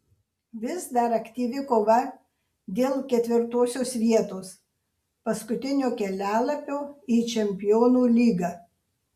vis dar aktyvi kova dėl ketvirtosios vietos paskutinio kelialapio į čempionų lygą